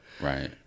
right